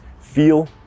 feel